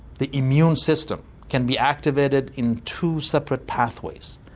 the immune system can be activated in two separate pathways.